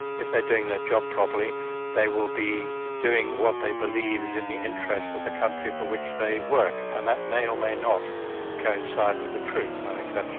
if they're doing their job properly they will be doing what they believe is in the interests of the country for which they work, and that may or may not coincide with the truth.